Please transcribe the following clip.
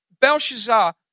Belshazzar